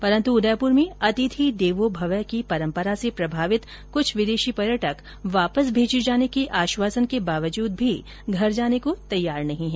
परंतु उदयपुर में अतिथि देवो भवः की परम्परा से प्रभावित हुए कुछ विदेशी पर्यटक वापिस भेजे जाने के आश्वासन के बावजूद घर जाने को तैयार नहीं है